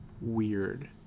weird